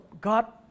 God